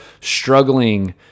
struggling